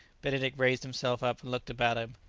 benedict raised himself up, and looked about him.